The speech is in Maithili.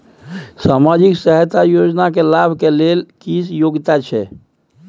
सामाजिक सहायता योजना के लाभ के लेल की योग्यता छै?